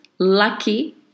Lucky